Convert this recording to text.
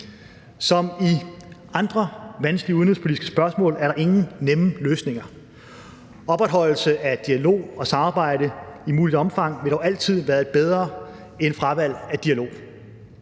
Som i andre vanskelige udenrigspolitiske spørgsmål er der ingen nemme løsninger. Opretholdelse af dialog og samarbejde i muligt omfang vil dog altid være bedre end fravalg af dialog.